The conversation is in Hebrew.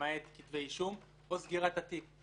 למעט כתבי אישום או סגירת התיקים.